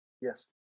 yes